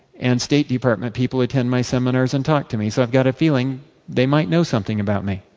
and state department people attend my seminars and talk to me, so, i have got a feeling they might know something about me.